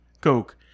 Coke